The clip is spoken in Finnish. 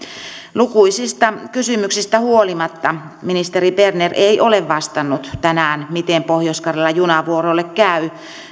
lukuisista kysymyksistä huolimatta ministeri berner ei ole vastannut tänään miten pohjois karjalan junavuoroille käy